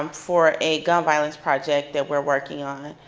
um for a gun violence project that we're working on.